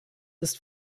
ist